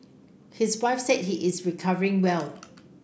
his wife said he is recovering well